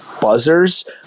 buzzers